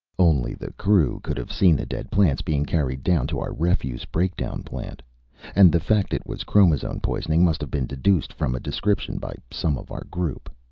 only the crew could have seen the dead plants being carried down to our refuse breakdown plant and the fact it was chromazone poisoning must have been deduced from a description by some of our group.